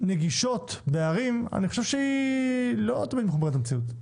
נגישות בערים, לדעתי, לא תמיד מחוברת למציאות.